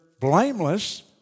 blameless